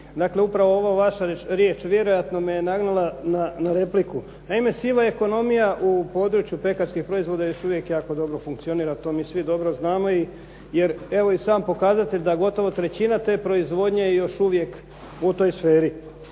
Dakle, upravo ova vaša riječ vjerojatno me je nagnula na repliku. Naime, siva ekonomija u području pekarskih proizvoda još uvijek jako dobro funkcionira. To mi svi dobro znamo, jer evo i sam pokazatelj da gotovo trećina te proizvodnje je još uvijek u toj sferi.